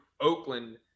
Oakland